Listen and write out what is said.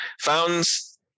fountains